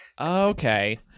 Okay